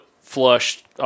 flushed